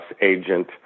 agent